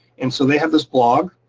and so they have this blog.